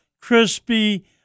crispy